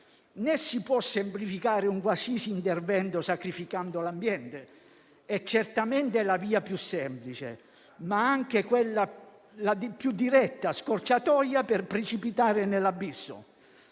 né semplificare un qualsiasi intervento sacrificando l'ambiente. È certamente la via più semplice, ma anche la più diretta scorciatoia per precipitare nell'abisso.